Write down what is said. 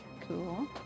Cool